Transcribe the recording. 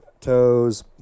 Toes